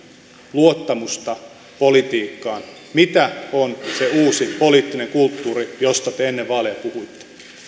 luottamusta politiikkaan mitä on se uusi poliittinen kulttuuri josta te ennen vaaleja puhuitte